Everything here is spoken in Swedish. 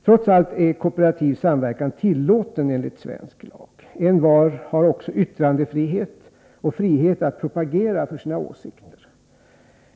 Trots allt är kooperativ samverkan tillåten enligt svensk lag. Envar har också yttrandefrihet och frihet att propagera för sina åsikter.